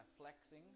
flexing